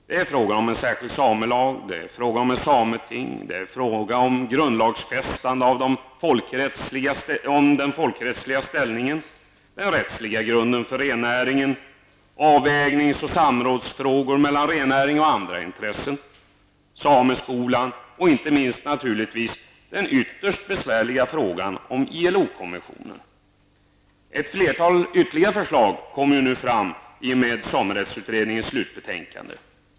Det gäller frågan om en särskild samelag, frågan om ett särskilt sameting, grundlagsfästande av den folkrättsliga ställningen, den rättsliga grunden för rennäringen, avvägnings och samrådsfrågor mellan rennäring och andra intressen, sameskolan och, inte minst naturligtvis, den ytterst besvärliga frågan om ILO Ett flertal ytterligare förslag kommer nu fram i och med samerättsutredningens slutbetänkande.